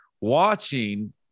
Watching